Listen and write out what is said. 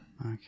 Okay